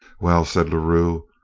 well, said la rue,